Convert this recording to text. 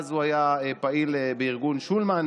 אז הוא היה פעיל בארגון שולמן,